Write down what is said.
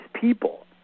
people